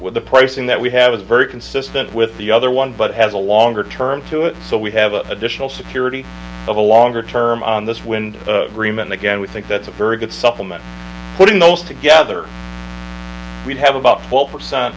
with the pricing that we have is very consistent with the other one but has a longer term to it so we have additional security of a longer term on this wind and again we think that's a very good supplement put in those together we have about twelve percent